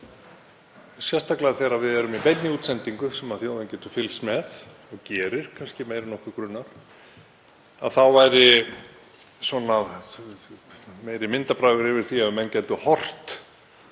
sérstaklega þegar við erum í beinni útsendingu sem þjóðin getur fylgst með, og gerir kannski meira en okkur grunar, væri meiri myndarbragur yfir því ef menn gætu horft